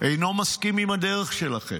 אינם מסכימים עם הדרך שלכם.